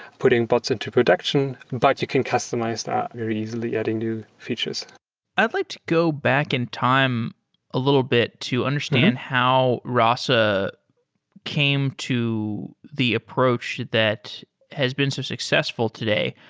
putting bots into production, but you can customize that very easily adding new features i'd like to go back in time a little bit to understand how rasa came to the approach that has been so successful today.